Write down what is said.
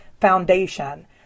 foundation